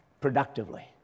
productively